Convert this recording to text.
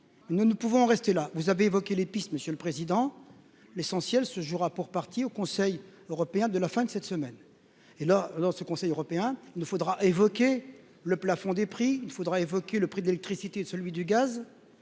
nous ne pouvons rester là, vous avez évoqué les pistes, monsieur le président, l'essentiel se jouera pour partie au Conseil européen de la fin de cette semaine et la lance ce Conseil européen ne faudra évoquer le plafond des prix il faudra évoquer le prix de l'électricité, celui du gaz